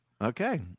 Okay